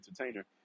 entertainer